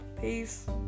Peace